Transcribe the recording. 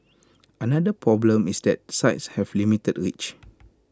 another problem is that the sites have limited reach